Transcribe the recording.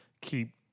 keep